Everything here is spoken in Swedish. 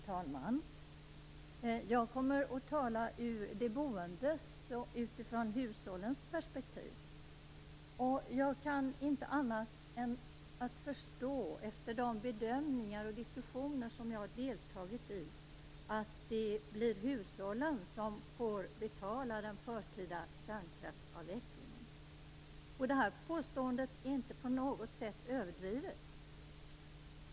Herr talman! Jag kommer att tala ur de boendes och hushållens perspektiv. Jag kan inte annat än förstå, efter de bedömningar som har gjorts i de diskussioner som jag har deltagit i, att det blir hushållen som får betala den förtida kärnkraftsavvecklingen. Det påståendet är inte på något sätt överdrivet.